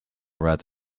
red